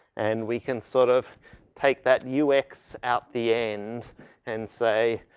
and we can sort of take that u x out the end and say,